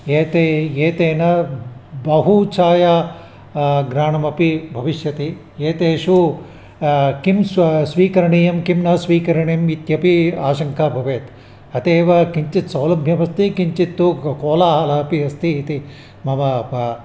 एतैः एतेन बहु छाया ग्रहणमपि भविष्यति एतेषु किं स्वा स्वीकरणीयं किं न स्वीकरणीयम् इत्यपि आशङ्का भवेत् अतः एव किञ्चित् सौलभ्यमस्ति किञ्चित् तु कोलाहलः अपि अस्ति इति मम पा